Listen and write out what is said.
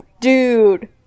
dude